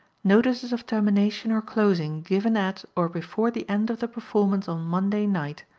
notices of termination or closing given at or before the end of the performance on monday night,